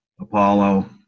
Apollo